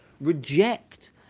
reject